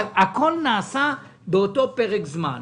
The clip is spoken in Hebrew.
הכול נעשה באותו פרק זמן.